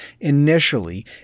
initially